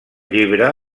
llibre